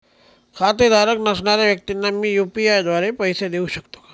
खातेधारक नसणाऱ्या व्यक्तींना मी यू.पी.आय द्वारे पैसे देऊ शकतो का?